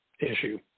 issue